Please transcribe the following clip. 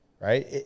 Right